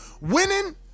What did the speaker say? winning